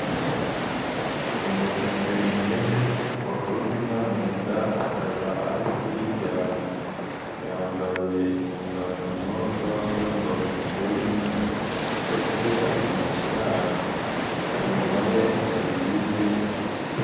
Umuveterineri wakoze inka mu nda akaba ari kuyibyaza, yambaye impuzankano z'abakozi bavura inka ndetse ari mu kiraro, inyuma ye hari izindi nka.